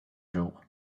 jour